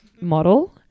model